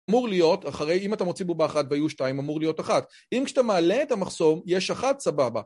אמור להיות, אחרי אם אתה מוציא בובה אחת ויהיו שתיים, אמור להיות אחת אם כשאתה מעלה את המחסום, יש אחת סבבה